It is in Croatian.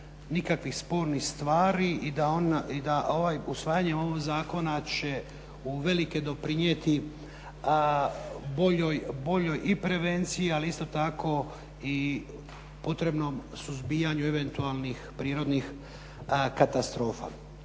nikakvih spornih stvari i da usvajanje ovog zakona će uvelike doprinijeti boljoj i prevenciji, ali isto tako i potrebnom suzbijanju eventualnih prirodnih katastrofa.